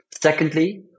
Secondly